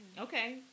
Okay